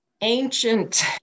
ancient